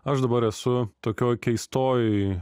aš dabar esu tokioj keistoj